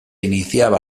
iniciaba